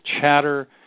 chatter